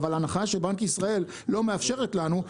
אבל ההנחיה של בנק ישראל לא מאפשרת לנו,